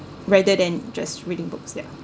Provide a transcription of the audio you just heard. rather than just reading books yeah